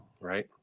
right